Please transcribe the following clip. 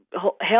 help